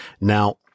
Now